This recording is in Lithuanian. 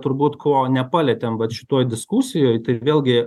turbūt ko nepalietėm vat šitoj diskusijoj tai vėlgi